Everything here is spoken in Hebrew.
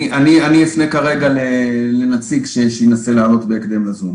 אני אפנה כרגע לנציג שינסה לעלות בהקדם לזום,